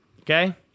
okay